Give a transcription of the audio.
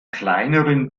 kleineren